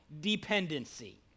dependency